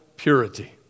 Purity